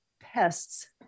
Pests